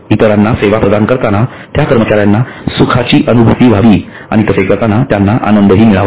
इतरांना सेवा प्रदान करताना त्या कर्मचार्यांना सुखाची अनुभूती व्हावी आणि तसे करताना त्यांना आनंदही मिळावा